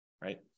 right